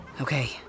Okay